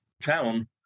town